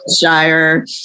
Shire